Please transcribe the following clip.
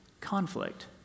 conflict